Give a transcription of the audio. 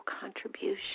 contribution